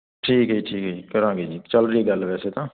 ਠੀਕ ਹ ਜੀ ਠੀਕ ਹ ਜੀ ਕਰਾਂਗੇ ਜੀ ਚਲ ਰਹੀ ਗੱਲ ਵੈਸੇ ਤਾਂ